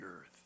earth